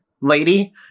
lady